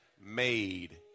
made